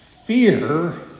Fear